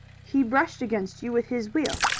he brushed against you with his wheel,